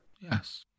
Yes